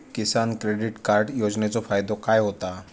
किसान credit card योजनेचो फायदो काय होता?